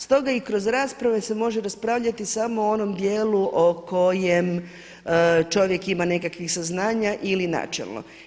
Stoga i kroz rasprave se može raspravljati samo u onom dijelu o kojem čovjek ima nekakvih saznanja ili načelno.